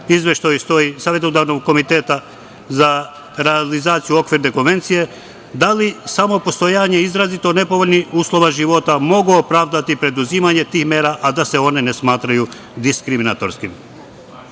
izveštaju Savetodavnog komiteta za realizaciju Okvirne konvencije da li samo postojanje izrazito nepovoljnih uslova života mogu opravdati preduzimanje tih mera, a da se one ne smatraju diskriminatorskim? Princip